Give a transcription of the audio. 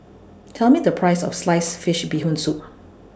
Tell Me The Price of Sliced Fish Bee Hoon Soup